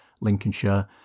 Lincolnshire